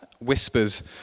whispers